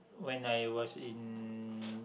when I was in